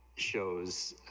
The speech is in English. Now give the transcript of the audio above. shows,